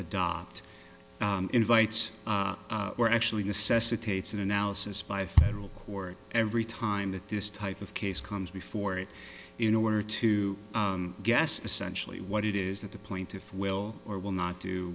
adopt invites or actually necessitates an analysis by a federal court every time that this type of case comes before it in order to guess essentially what it is that the plaintiff will or will not do